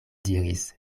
diris